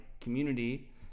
community